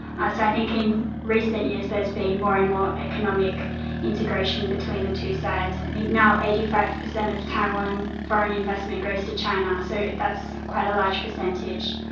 ah so i think in recent years there has been more and more economic integration between the two sides, and now eighty five percent of taiwan foreign investment goes to china. so that's quite a large percentage.